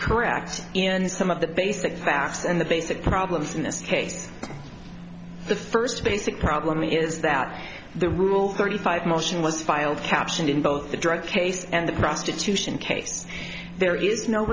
correct in some of the basic facts and the basic problems in this case the first basic problem is that the rule thirty five motion was filed captioned in both the drug case and the prostitution case there is no